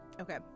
Okay